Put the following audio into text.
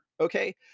okay